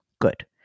Good